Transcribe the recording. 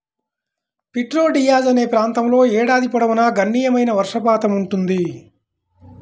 Prieto Diaz అనే ప్రాంతంలో ఏడాది పొడవునా గణనీయమైన వర్షపాతం ఉంటుంది